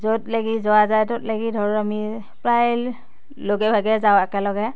য'লৈকে যোৱা যায় ত'লৈকে ধৰ আমি প্ৰায় লগে ভাগে যাওঁ একেলগে